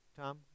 Tom